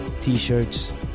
t-shirts